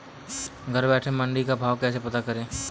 घर बैठे मंडी का भाव कैसे पता करें?